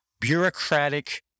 bureaucratic